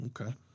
Okay